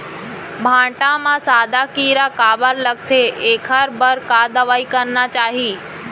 भांटा म सादा कीरा काबर लगथे एखर बर का दवई करना चाही?